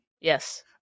Yes